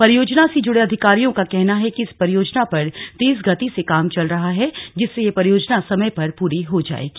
परियोजना से जुड़े अधिकारियों का कहना है कि इस परियोजना पर तेज गति से काम चल रहा है जिससे यह परियोजना समय पर पूरी हो जायेगी